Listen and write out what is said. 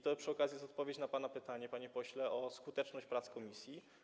To przy okazji jest odpowiedź na pana pytanie, panie pośle, o skuteczność prac komisji.